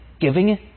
giving